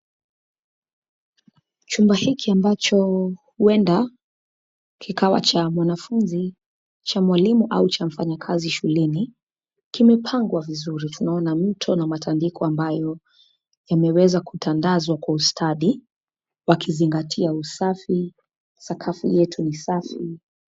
Chumba hiki ambacho huenda kikawa cha mwanafunzi, cha mwalimu au cha mfanyakazi shuleni. Kimepangwa vizuri, tunaona mto na matandiko ambayo yameweza kutandazwa kwa ustadhi wakizingatia usafi, sakafu yetu ni safi.